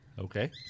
Okay